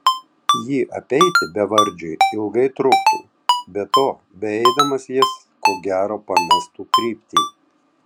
jį apeiti bevardžiui ilgai truktų be to beeidamas jis ko gero pamestų kryptį